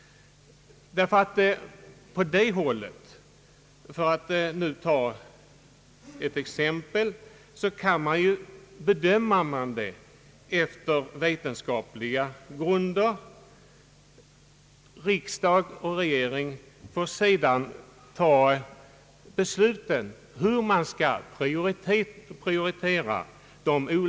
På det hållet sker nämligen en bedömning efter vetenskapliga grunder. Riksdag och regering får sedan besluta om vilka förslag som skall prioriteras.